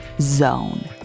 .zone